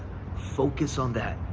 focus on that.